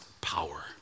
power